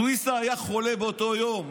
סוויסה היה חולה באותו יום.